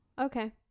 Okay